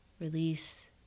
release